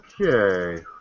Okay